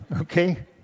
Okay